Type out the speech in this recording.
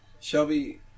Shelby